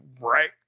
right